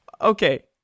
Okay